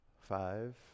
Five